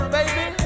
baby